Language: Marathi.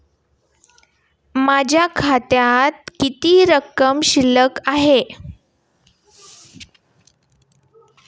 माझ्या खात्यात किती रक्कम शिल्लक आहे?